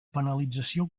penalització